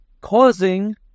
causing